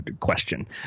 question